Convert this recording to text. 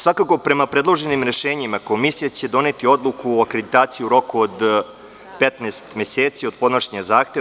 Svakako, prema predloženim rešenjima, Komisija će doneti odluku o akreditaciji u roku od 15 meseci od podnošenja zahteva.